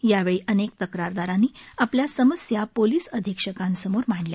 यावेळी अनेक तक्रारदारांनी आपल्या समस्या पोलीस अधिक्षकांसमोर मांडल्या